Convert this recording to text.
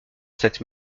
cette